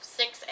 six